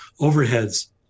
overheads